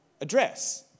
address